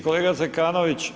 Kolega Zekanović.